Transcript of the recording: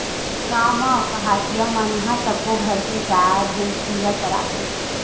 गाँव म पहाटिया मन ह सब्बो घर के गाय, भइसी ल चराथे